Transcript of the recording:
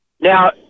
Now